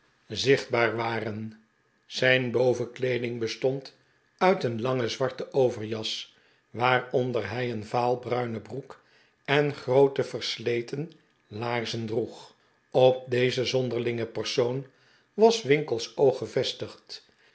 zichtbaar waren zijn bovenkleeding bestond uit een lange zwarte overjas waaronder hij een vaalbruine broek en groote versleten laarzen droeg op dezen zonderlingen persoon was winkle's oog gevestigd